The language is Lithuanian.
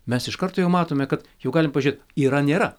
mes iš karto jau matome kad jau galim pažiet yra nėra